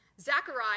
Zechariah